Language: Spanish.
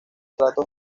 tratos